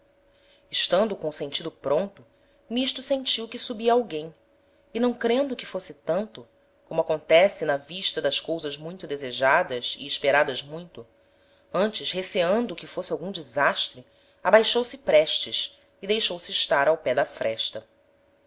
estando com o sentido pronto n'isto sentiu que subia alguem e não crendo que fosse tanto como acontece na vista das cousas muito desejadas e esperadas muito antes receando que fosse algum desastre abaixou-se prestes e deixou-se estar ao pé da fresta